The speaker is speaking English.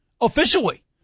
officially